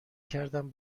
کردم